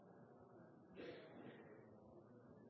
det i